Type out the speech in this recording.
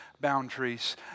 boundaries